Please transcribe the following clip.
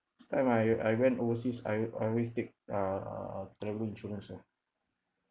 last time I I went overseas I I always take err travel insurance ah